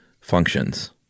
functions